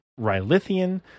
Rylithian